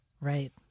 right